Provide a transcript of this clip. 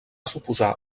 suposar